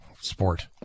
sport